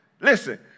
Listen